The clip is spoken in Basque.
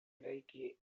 eraiki